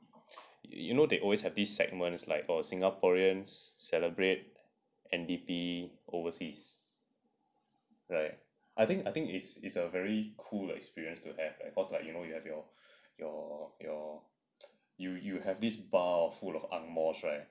you know they always have this segment is like all singaporeans celebrate and N_D_P overseas right I think I think it's it's a very cool experience to have cause like you know you have your your your you you have this bar full of angmohs right